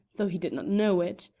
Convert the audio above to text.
though he did not know it.